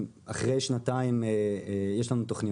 אחרי שנתיים יש לנו תכניות,